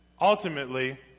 ultimately